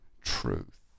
truth